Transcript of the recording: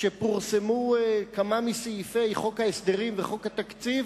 כשפורסמו כמה מסעיפי חוק ההסדרים וחוק התקציב,